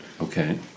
Okay